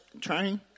Training